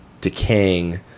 decaying